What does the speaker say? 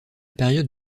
période